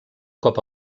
cop